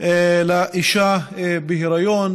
לאשה בהיריון.